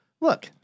look